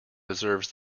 deserves